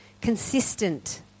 consistent